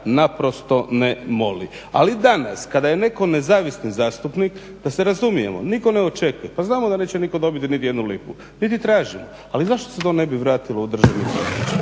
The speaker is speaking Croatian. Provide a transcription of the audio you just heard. naprosto ne moli. Ali danas kada je netko nezavisni zastupnik da se razumijemo, nitko ne očekuje. Pa znamo da neće nitko dobiti niti jednu lipu, niti tražimo. Ali zašto se to ne bi vratilo u državni proračun?